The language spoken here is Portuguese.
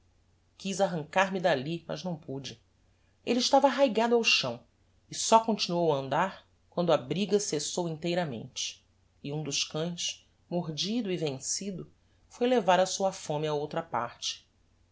quando quiz arrancar-me dalli mas não pude elle estava arraigado ao chão e só continuou a andar quando a briga cessou inteiramente e um dos cães mordido e vencido foi levar a sua fome a outra parte